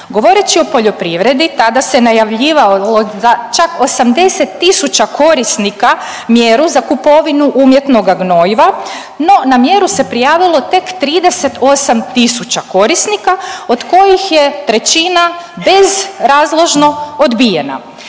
Govoreći o poljoprivredi tada se najavljivalo za čak 80 tisuća korisnika mjeru za kupovinu umjetnoga gnojiva, no na mjeru se prijavilo tek 38 tisuća korisnika od kojih je trećina bezrazložno odbijena.